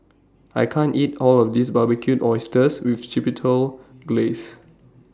I can't eat All of This Barbecued Oysters with Chipotle Glaze